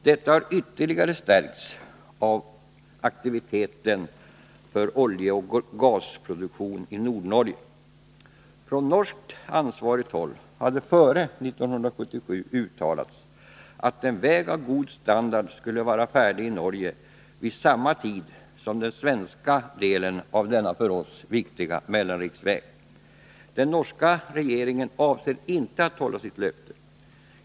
Detta argument har ytterligare stärkts av aktiviteten för oljeoch gasproduktion i Nordnorge. Från norskt ansvarigt håll hade före 1977 uttalats att en väg av god standard skulle vara färdig i Norge vid samma tid som den svenska delen av denna för oss viktiga mellanriksväg. Den norska regeringen avser inte att hålla sitt löfte.